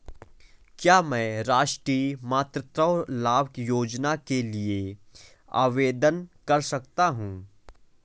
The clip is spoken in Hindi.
क्या मैं राष्ट्रीय मातृत्व लाभ योजना के लिए आवेदन कर सकता हूँ?